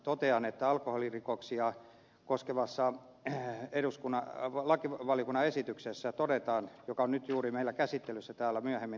totean että alkoholirikoksia koskevassa lakivaliokunnan esityksessä joka on nyt juuri meillä käsittelyssä täällä myöhemmin todetaan